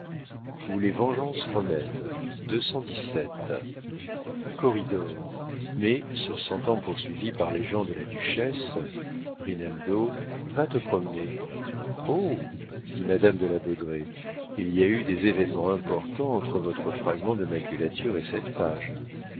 ou les vengeances romaines corridor mais se sentant poursuivi par les gens de la duchesse rinaldo va te promener oh dit madame de la baudraye il y a eu des événements importants entre votre fragment de maculature et cette page